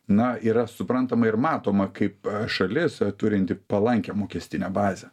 na yra suprantama ir matoma kaip šalis turinti palankią mokestinę bazę